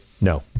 No